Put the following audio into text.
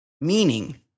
Meaning